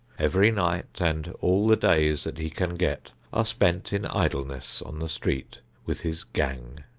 every night and all the days that he can get are spent in idleness on the street with his gang.